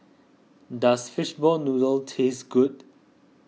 does Fishball Noodle taste good